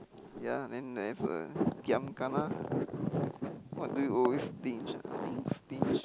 ya lah then they have uh giam kana what do you always stinge stinge stinge